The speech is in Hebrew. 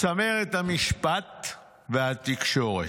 צמרת המשפט והתקשורת.